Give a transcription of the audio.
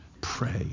Pray